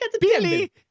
Billy